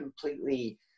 completely